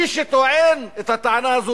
מי שטוען את הטענה הזאת,